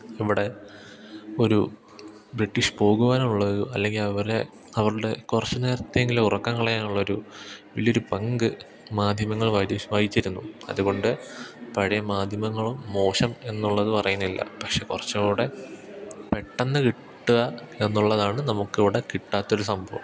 ഇവിടെ ഒരു ബ്രിട്ടീഷ് പോകുവാനുള്ള ഒരു അല്ലെങ്കില് അവരെ അവരുടെ കുറച്ചു നേരത്തെയെങ്കിലും ഉറക്കം കളയാനുള്ളൊരു വലിയൊരു പങ്ക് മാധ്യമങ്ങൾ വഹിച്ചിരുന്നു അതുകൊണ്ട് പഴയ മാധ്യമങ്ങളും മോശം എന്നുള്ളതു പറയുന്നില്ല പക്ഷേ കുറച്ചുകൂടെ പെട്ടെന്നു കിട്ടുക എന്നുള്ളതാണ് നമുക്കിവിടെ കിട്ടാത്തൊരു സംഭവം